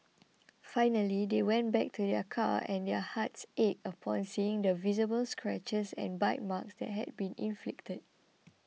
finally they went back to their car and their hearts ached upon seeing the visible scratches and bite marks that had been inflicted